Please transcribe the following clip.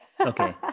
Okay